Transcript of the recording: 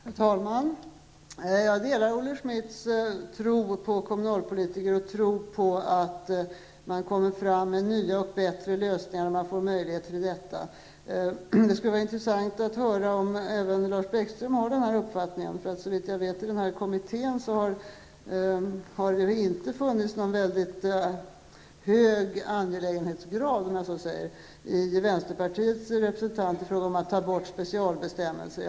Herr talman! Jag delar Olle Schmidts tro på kommunalpolitiker och tro på att de kommer fram till nya och bättre lösningar när man ger dem möjligheter. Det skulle vara intressant att höra om även Lars Bäckström har denna uppfattning. Såvitt jag vet har det i den kommunalekonomiska kommittén inte funnits så hög angelägenhetsgrad från vänsterns representanter att ta bort specialbestämmelser.